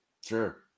Sure